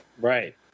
Right